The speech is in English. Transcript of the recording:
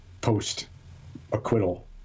post-acquittal